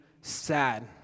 sad